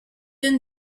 une